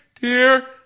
dear